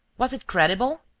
was it credible?